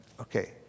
okay